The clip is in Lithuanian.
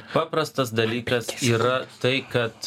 paprastas dalykas yra tai kad